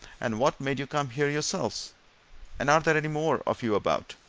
and what made you come here yourselves and are there any more of you about?